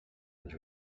dels